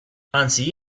anzi